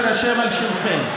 תירשם על שמכם.